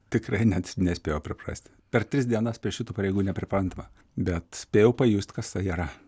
tikrai net nespėjau priprasti per tris dienas prie šitų pareigų nepriprantama bet spėjau pajust kas tai yra